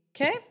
Okay